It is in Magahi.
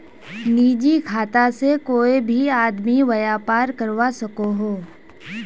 निजी खाता से कोए भी आदमी व्यापार करवा सकोहो